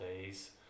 days